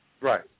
Right